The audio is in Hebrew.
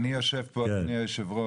אדוני היושב-ראש,